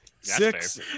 six